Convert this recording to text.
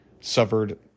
suffered